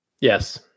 Yes